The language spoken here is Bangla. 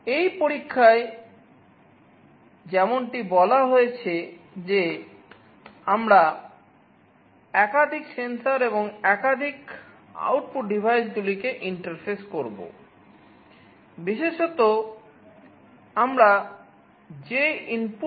এই পরীক্ষায় যেমনটি বলা হয়েছে যে আমরা একাধিক সেন্সর এবং একাধিক আউটপুট ডিভাইসকে ইন্টারফেস করব বিশেষত আমরা যে ইনপুট